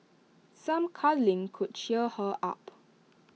some cuddling could cheer her up